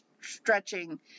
stretching